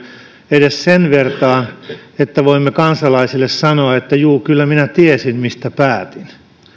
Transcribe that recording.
edes sen vertaa että voimme kansalaisille sanoa että juu kyllä minä tiesin mistä päätin